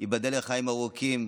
ייבדל לחיים ארוכים,